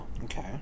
Okay